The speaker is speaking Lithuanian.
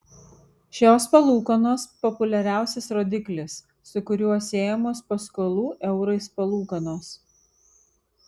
šios palūkanos populiariausias rodiklis su kuriuo siejamos paskolų eurais palūkanos